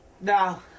No